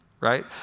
right